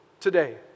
today